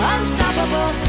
Unstoppable